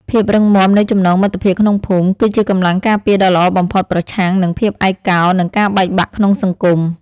ភាពរឹងមាំនៃចំណងមិត្តភាពក្នុងភូមិ គឺជាកម្លាំងការពារដ៏ល្អបំផុតប្រឆាំងនឹងភាពឯកោនិងការបែកបាក់ក្នុងសង្គម។